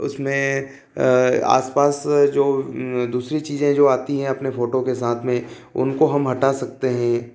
उसमें आसपास जो दूसरी चीजें जो आती हैं अपने फोटो के साथ में उनको हम हटा सकते हें